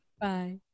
Bye